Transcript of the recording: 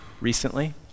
recently